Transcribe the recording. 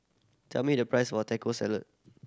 tell me the price of Taco Salad